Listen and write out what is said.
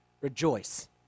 rejoice